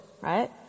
Right